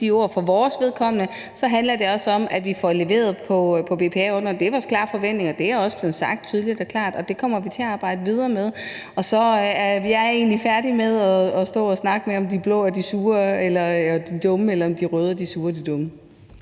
de ord; for vores vedkommende handler det også om, at vi får leveret i forhold til BPA-ordningen. Det er vores klare forventning, og det er også blevet sagt tydeligt og klart, så det kommer vi til at arbejde videre med. Og vi er egentlig færdige med at stå og snakke om, om de blå er de sure og de dumme, eller om de røde er de sure og de dumme.